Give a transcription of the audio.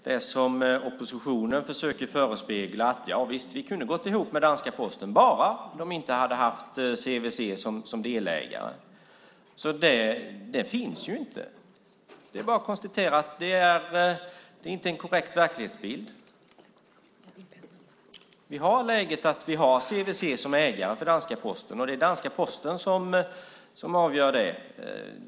Det som oppositionen försöker förespegla, att man visst kunde ha gått ihop med danska Posten bara de inte hade haft CVC som delägare, finns ju inte. Det är bara att konstatera att det inte är en korrekt verklighetsbild. Vi har läget att CVC är ägare till danska Posten, och det är danska Posten som avgör det.